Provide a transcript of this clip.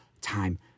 time